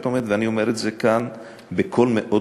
ואני אומר את זה כאן בקול מאוד ברור: